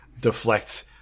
deflect